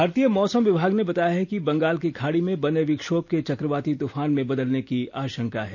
भारतीय मौसम विभाग ने बताया है कि बंगाल की खाड़ी में बने विक्षोभ के चक्रवाती तूफान में बदलने की आशंका है